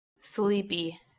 Sleepy